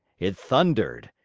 it thundered,